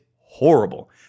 horrible